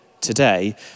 today